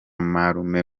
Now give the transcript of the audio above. marume